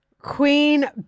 Queen